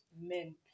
men